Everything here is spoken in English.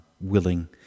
willing